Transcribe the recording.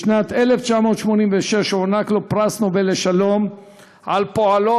בשנת 1986 הוענק לו פרס נובל לשלום על פועלו